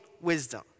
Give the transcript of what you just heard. wisdom